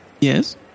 Yes